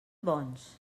bons